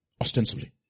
ostensibly